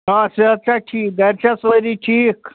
آ صحت چھا ٹھیٖک گَرِ چھا سٲری ٹھیٖک